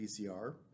PCR